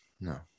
no